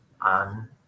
on